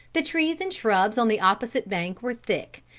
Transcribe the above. the trees and shrubs on the opposite bank were thick,